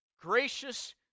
gracious